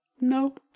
No